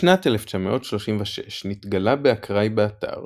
בשנת 1936 נתגלה באקראי באתר